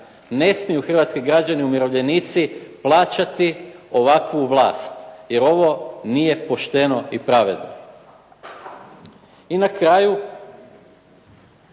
Ne smiju hrvatski građani, umirovljenici plaćati ovakvu vlast jer ovo nije pošteno i pravedno. I na kraju